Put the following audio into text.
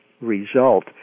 result